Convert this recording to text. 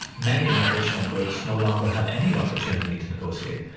many aboriginal groups no longer have any opportunity to negotiate.